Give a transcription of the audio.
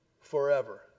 forever